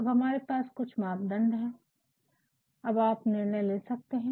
अब हमारे पास कुछ मापदंड है अब आप निर्णय ले सकते है